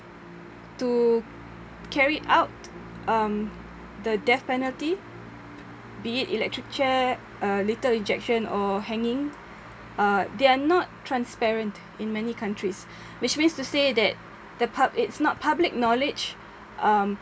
to carry out um the death penalty be it electric chair uh lethal injection or hanging uh they are not transparent in many countries which means to say that the pub~ it's not public knowledge um